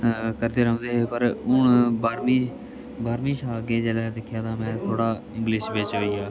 करदे रौंह्दे हे पर हून बारह्मीं बाह्रमीं शा अग्गें दिक्खेआ तां में थोह्ड़ा इंग्लिश बिच्च